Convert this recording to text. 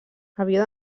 avió